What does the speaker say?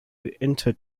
inter